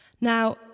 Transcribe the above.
Now